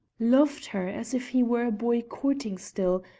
loved her as if he were a boy courting still,